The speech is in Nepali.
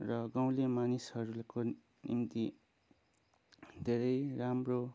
र गाउँले मानिसहरूको निम्ति धेरै राम्रो